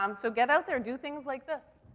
um so get out there. do things like this.